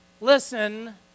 listen